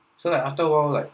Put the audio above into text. so like after a while like